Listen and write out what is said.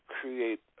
create